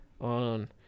on